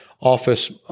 office